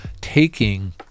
taking